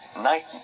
night